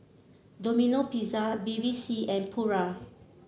Domino Pizza Bevy C and Pura